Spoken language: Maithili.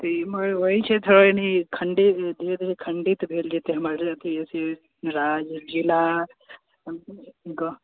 अथी मगर वही छै खण्डी धीरे धीरे खण्डित भेल जेतै हमर अथी राज्य जिला गाँव